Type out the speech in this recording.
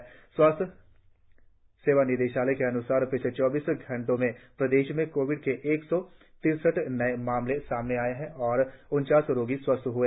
राज्य स्वास्थ्य सेवा निदेशालय के अन्सार पिछले चौबीस घंटे में प्रदेश में कोविड के एक सौ तिरसठ नए मामले सामने आए और उनचास रोगि स्वस्थ्य हए